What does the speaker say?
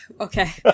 okay